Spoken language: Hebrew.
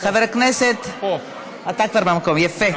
אתה כבר במקום, יפה.